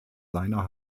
seiner